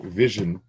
vision